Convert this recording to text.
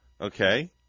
okay